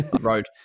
Road